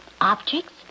objects